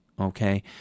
okay